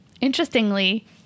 Interestingly